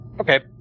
Okay